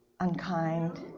Unkind